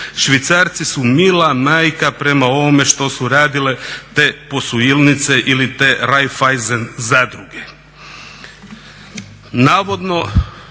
Švicarci su mila majka prema ovome što su radile te posuilnice ili te Raiffeisen zadruge.